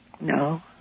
No